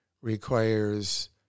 requires